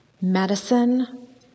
medicine